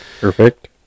perfect